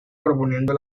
proponiendo